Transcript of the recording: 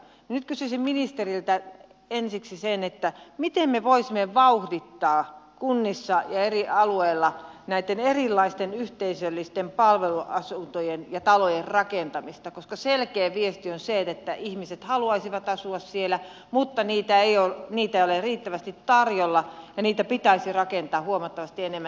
nyt kysyisin ministeriltä ensiksi sitä miten me voisimme vauhdittaa kunnissa ja eri alueilla näitten erilaisten yhteisöllisten palveluasuntojen ja talojen rakentamista koska selkeä viesti on se että ihmiset haluaisivat asua niissä mutta niitä ei ole riittävästi tarjolla ja niitä pitäisi rakentaa huomattavasti enemmän